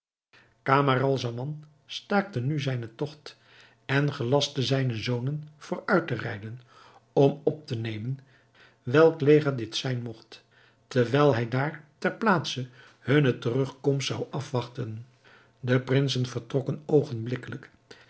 camaralzaman staakte nu zijnen togt en gelastte zijne zonen vooruit te rijden om op te nemen welk leger dit zijn mogt terwijl hij daar ter plaatse hunne terugkomst zou afwachten de prinsen vertrokken